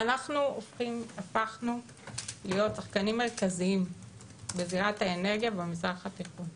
ואנחנו הפכנו להיות שחקנים מרכזיים בזירת האנרגיה במזרח התיכון.